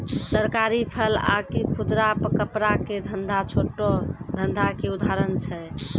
तरकारी, फल आकि खुदरा कपड़ा के धंधा छोटो धंधा के उदाहरण छै